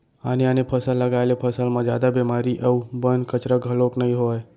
आने आने फसल लगाए ले फसल म जादा बेमारी अउ बन, कचरा घलोक नइ होवय